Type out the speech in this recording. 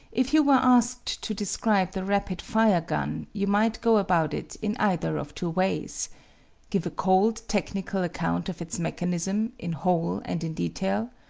if you were asked to describe the rapid-fire gun you might go about it in either of two ways give a cold technical account of its mechanism, in whole and in detail,